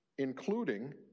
Including